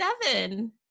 seven